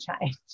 change